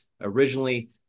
originally